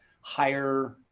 higher